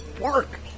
work